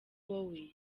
wowe